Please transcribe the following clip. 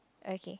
okay